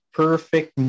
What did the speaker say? perfect